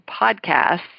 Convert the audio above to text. podcasts